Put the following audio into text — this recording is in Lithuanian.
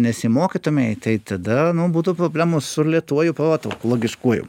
nesimokytumei tai tada būtų problemų su lėtuoju protu logiškuoju